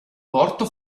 porto